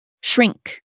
shrink